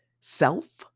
self